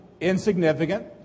insignificant